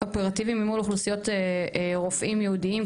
אופרטיביים מול אוכלוסיות רופאים ייעודיים,